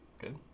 Good